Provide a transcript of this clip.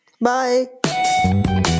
Bye